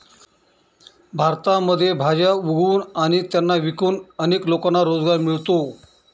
भारतामध्ये भाज्या उगवून आणि त्यांना विकून अनेक लोकांना रोजगार मिळतो